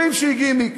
אומרים שהיא גימיק.